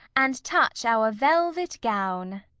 and touch our velvet gown.